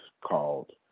called